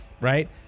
Right